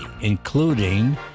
including